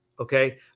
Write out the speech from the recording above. Okay